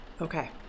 Okay